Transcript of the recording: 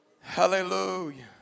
hallelujah